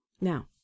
Now